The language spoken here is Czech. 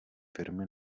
firmy